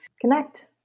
connect